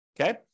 Okay